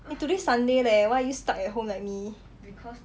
today sunday leh why are you stuck at home like me